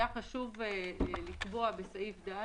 היה חשוב לקבוע בסעיף קטן (ד)